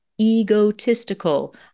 egotistical